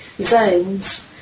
zones